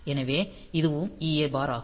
எனவே இதுவும் EA bar ஆகும்